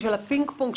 הפינג פונג,